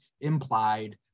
implied